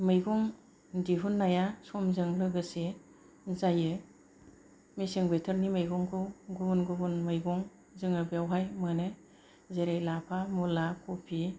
मैगं दिहुन्नाया समजों लोगोसे जायो मेसें बोथोरनि मैगंखौ गुबुन गुबुन मैगं जोङो बेयावहाय मोनो जेरै लाफा मुला कफि